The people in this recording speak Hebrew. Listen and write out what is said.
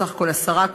סך הכול עשרה כאלה.